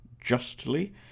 justly